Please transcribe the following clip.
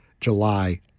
July